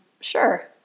Sure